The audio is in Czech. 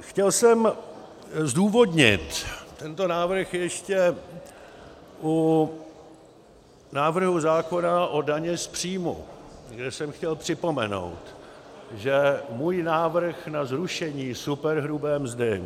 Chtěl jsem zdůvodnit tento návrh ještě u návrhu zákona o dani z příjmu, kde jsem chtěl připomenout, že můj návrh na zrušení superhrubé mzdy